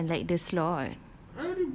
bukan like the slot